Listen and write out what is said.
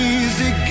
easy